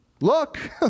Look